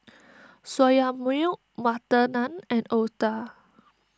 Soya Milk Butter Naan and Otah